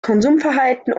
konsumverhalten